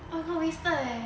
oh no wasted eh